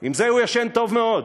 עם זה הוא ישן טוב מאוד.